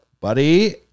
Buddy